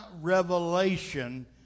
revelation